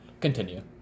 continue